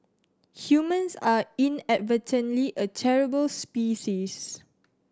humans are inadvertently a terrible species